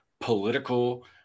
political